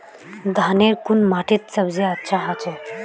धानेर कुन माटित सबसे अच्छा होचे?